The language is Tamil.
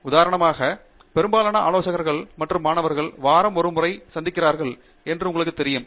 உதாரணமாக பெரும்பாலான ஆலோசகர்கள் மற்றும் மாணவர்கள் வாரம் ஒரு முறை சந்திக்கிறார்கள் என்று உங்களுக்குத் தெரியும்